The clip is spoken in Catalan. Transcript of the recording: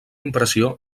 impressió